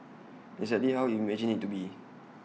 exactly how you imagine IT to be